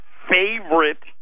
favorite